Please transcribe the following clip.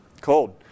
Cold